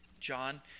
John